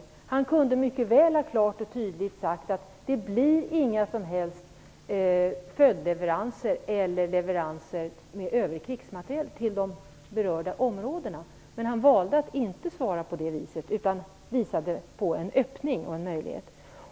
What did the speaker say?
Mats Hellström kunde dock mycket klart och tydligt ha sagt: Det blir inga som helst följdleveranser eller leveranser med övrig krigsmateriel till berörda områden. Men han valde att inte svara på det sättet utan visade på en öppning och en möjlighet.